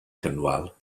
cynwal